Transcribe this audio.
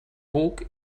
buc